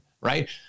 Right